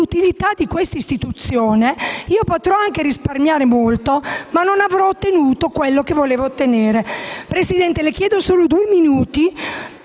inutilità di questa Istituzione, potrò anche risparmiare molto, ma non avrò ottenuto quello che volevo ottenere. Signor Presidente, le chiedo solo altri due minuti